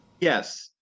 Yes